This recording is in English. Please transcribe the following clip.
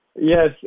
Yes